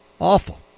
awful